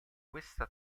questa